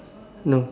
no